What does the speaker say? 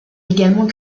également